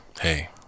hey